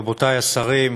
רבותי השרים,